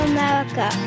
America